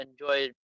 enjoy